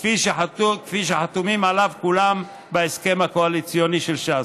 כפי שחתומים עליו כולם בהסכם הקואליציוני של ש"ס.